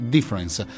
Difference